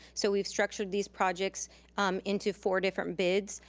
so we've structured these projects into four different bids.